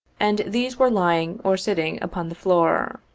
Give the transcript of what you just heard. and these were lying or sitting upon the floor.